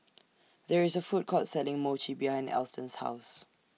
There IS A Food Court Selling Mochi behind Alston's House